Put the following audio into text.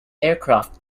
aircraft